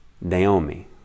Naomi